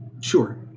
Sure